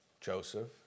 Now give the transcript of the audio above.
Joseph